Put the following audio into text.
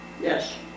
yes